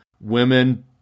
women